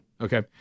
okay